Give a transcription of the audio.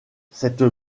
cette